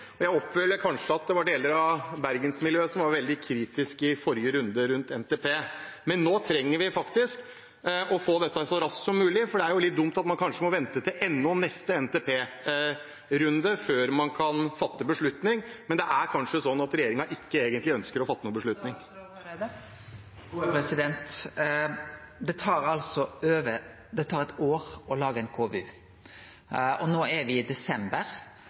Jeg opplevde vel at det var deler av bergensmiljøet som var veldig kritisk i forrige runde rundt NTP, men nå trenger vi å få dette så raskt som mulig, for det er jo litt dumt at man kanskje må vente til neste NTP-runde før man kan fatte en beslutning. Men det er kanskje sånn at regjeringen ikke egentlig ønsker å fatte noen beslutning. Det tar eit år å lage ein KVU. No er me i desember,